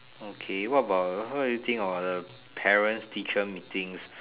okay what about what do you think about the parents teacher meetings